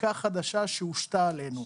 חקיקה חדשה שהושתה עליהם.